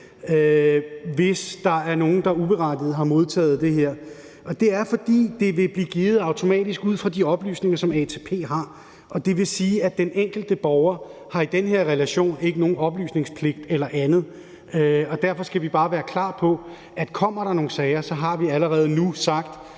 hvis der er nogen, der uberettiget har modtaget det her. Og det er, fordi det vil blive givet automatisk ud fra de oplysninger, som ATP har, og det vil sige, at den enkelte borger i den her relation ikke har nogen oplysningspligt eller andet. Derfor skal vi bare være klar på, at kommer der nogle sager, har vi allerede nu sagt,